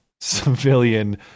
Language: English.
civilian